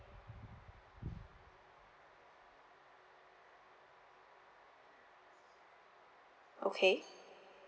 okay